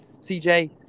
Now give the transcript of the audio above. CJ